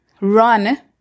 run